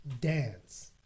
dance